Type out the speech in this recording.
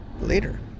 later